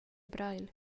breil